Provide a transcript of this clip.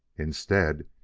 instead,